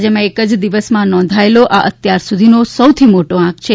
રાજ્યમાં એક જ દિવસમાં નોંધાયેલો આ અત્યાર સુધીનો સૌથી મોટો આંક છે